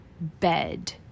bed